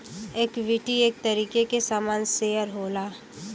equity एक तरीके के सामान शेअर होला